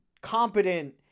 competent